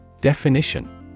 Definition